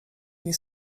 nie